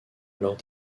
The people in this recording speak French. lors